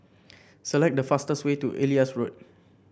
select the fastest way to Elias Road